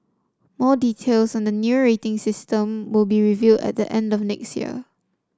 more details on the new rating system will be revealed at the end of next year